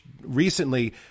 recently